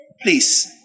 Please